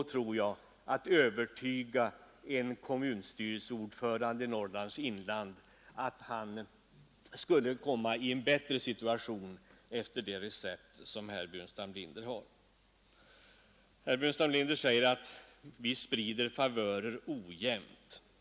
Det kan ändå inte gå att övertyga en kommunstyrelseordförande i Norrlands inland om att hans kommun skulle komma i en bättre situation med användande av herr Burenstam Linders och de andra borgerligas recept. Herr Burenstam Linder säger att vi sprider favörer ojämnt.